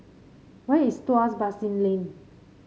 where is Tuas Basin Lane